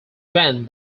band